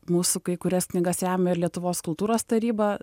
mūsų kai kurias knygas remia ir lietuvos kultūros taryba